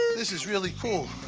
this is really cool.